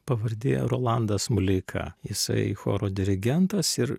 pavardė rolandas muleika jisai choro dirigentas ir